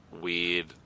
weird